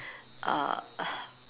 err